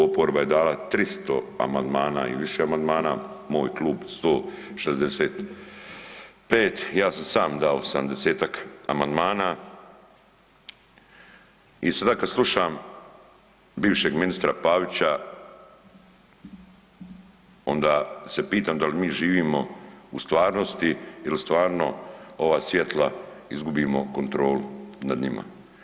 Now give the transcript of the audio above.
Oporba je dala 300 amandmana i više amandmana, moj klub 165, ja sam sam dao 70-tak amandmana i sada kad slušam bivšeg ministra Pavića onda se pitam da li mi živimo u stvarnosti ili stvarno ova svjetla izgubimo kontrolu nad njima.